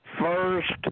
First